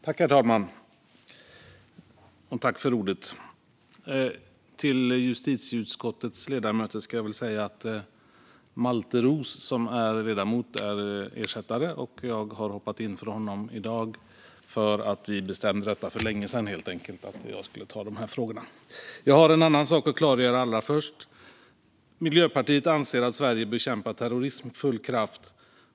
Herr talman! Till justitieutskottets ledamöter ska jag säga att det är Malte Roos som är ledamot och ersättare. Men jag hoppar in för honom i dag. Det bestämdes för länge sedan att jag skulle ta de här frågorna. Jag vill klargöra att Miljöpartiet anser att Sverige bör bekämpa terrorism med full kraft.